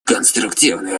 конструктивной